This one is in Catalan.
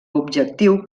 objectiu